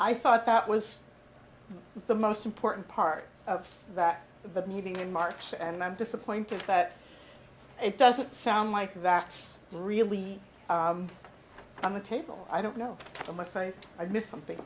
i thought that was the most important part of that meeting in marks and i'm disappointed that it doesn't sound like that's really on the table i don't know how my face i missed something